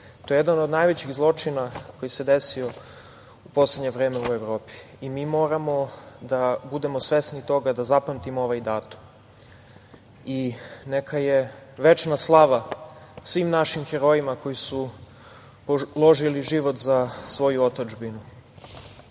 To je jedan od najvećih zločina koji se desio u poslednje vreme u Evropi i moramo da budemo svesni toga, da zapamtimo ovaj datum. Neka je večna slava svim našim herojima koji su položili život za svoju otadžbinu. Na